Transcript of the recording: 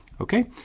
Okay